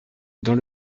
dans